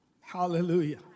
hallelujah